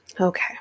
Okay